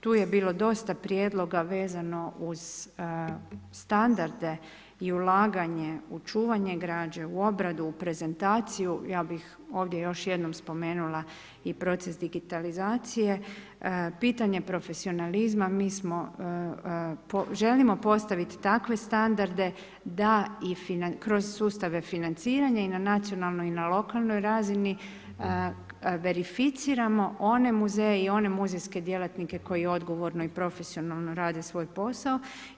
Tu je bilo dosta prijedloga vezano uz standarde i ulaganje u čuvanje građe, u obradu, u prezentaciju, ja bih ovdje još jednom spomenula i proces digitalizacije, pitanje profesionalizma, mi želimo postaviti takve standarde kroz sustave financiranja i na nacionalnoj i lokalnoj razini verificiramo one muzeje i one muzejske djelatnike koji odgovorno i profesionalno rade svoj posao.